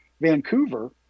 Vancouver